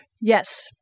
Yes